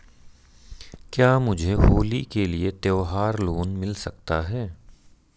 क्या मुझे होली के लिए त्यौहार लोंन मिल सकता है?